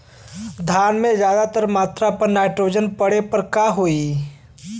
धान में ज्यादा मात्रा पर नाइट्रोजन पड़े पर का होई?